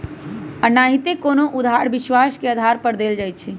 एनाहिते कोनो उधार विश्वास के आधार पर देल जाइ छइ